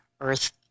earth